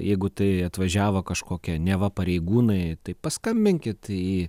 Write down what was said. jeigu tai atvažiavo kažkokia neva pareigūnai tai paskambinkit į